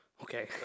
Okay